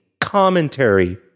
commentary